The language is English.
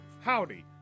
Howdy